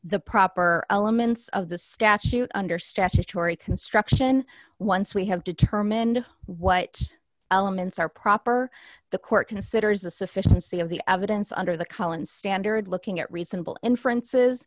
the proper elements of the statute under statutory construction once we have determined what elements are proper the court considers the sufficiency of the evidence under the collins standard looking at reasonable inferences